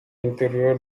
interior